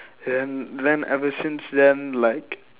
then then ever since then like